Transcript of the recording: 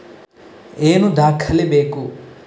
ಏನು ದಾಖಲೆ ಬೇಕು?